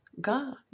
God